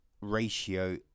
Ratio